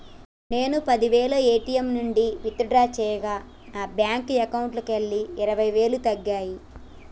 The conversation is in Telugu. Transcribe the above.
నేను పది వేలు ఏ.టీ.యం నుంచి విత్ డ్రా చేయగా నా బ్యేంకు అకౌంట్లోకెళ్ళి ఇరవై వేలు తగ్గాయి